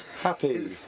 Happy